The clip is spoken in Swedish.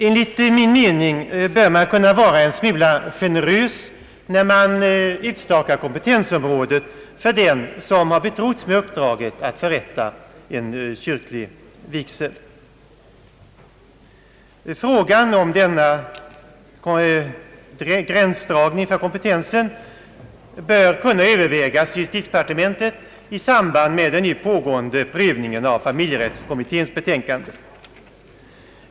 Enligt min mening bör man kunna vara en smula generös, när man utstakar kompetensområdet för dem som har betrotts med uppdraget att förrätta en kyrklig vigsel. Frågan om denna gränsdragning för kompetensen bör kunna övervägas i justitiedepartementet i samband med den nu pågående prövningen av familjerättskommitténs betänkande.